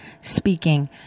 speaking